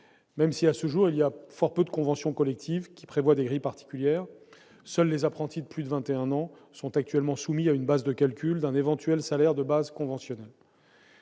même si, à ce jour, fort peu de conventions collectives prévoient des grilles particulières. Seuls les apprentis de plus de vingt et un ans sont actuellement soumis à une base de calcul d'un éventuel salaire de base conventionnel.